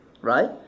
Right